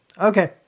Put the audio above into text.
okay